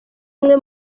umwe